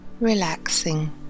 relaxing